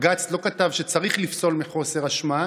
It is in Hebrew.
בג"ץ לא כתב שצריך לפסול מחוסר אשמה,